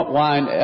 wine